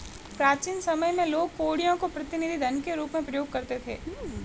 प्राचीन समय में लोग कौड़ियों को प्रतिनिधि धन के रूप में प्रयोग करते थे